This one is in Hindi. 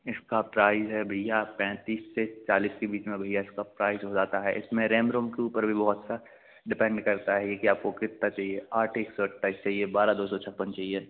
इसका प्राइज़ है भैया पैंतीस से चालीस के बीच में भैया इसका प्राइज़ हो जाता है इसमें रैम रोम के ऊपर भी बहुत सा डिपेंड करता है कि आपको कितना चहिए आठ एक सौ अट्ठाईस चहिए बारह दो सौ छप्पन चहिए